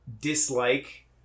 dislike